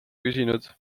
küsinud